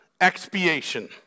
expiation